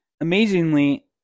amazingly